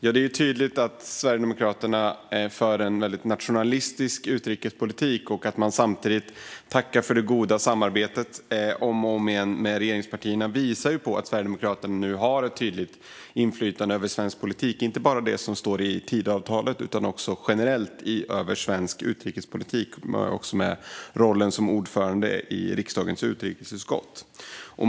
Det är tydligt att Sverigedemokraterna för en väldigt nationalistisk utrikespolitik. Att man samtidigt om och om igen tackar för det goda samarbetet med regeringspartierna visar att Sverigedemokraterna nu har ett tydligt inflytande över svensk politik, inte bara när det gäller det som står i Tidöavtalet utan också generellt när det gäller svensk utrikespolitik. Inte minst innehar man rollen som ordförande i riksdagens utrikesutskott.